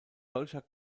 solcher